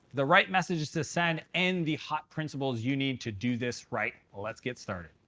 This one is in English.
the right messages to send, and the hot principles you need to do this right. well, let's get started.